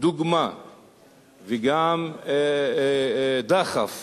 דוגמה וגם דחף